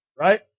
Right